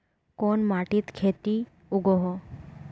कोन माटित खेती उगोहो?